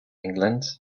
england